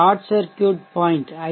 short circuit point I